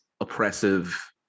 oppressive